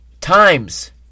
times